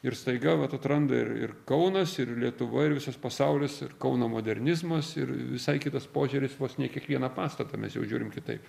ir staiga vat atranda ir ir kaunas ir lietuva ir visas pasaulis ir kauno modernizmas ir visai kitas požiūris vos ne į kiekvieną pastatą mes jau žiūrim kitaip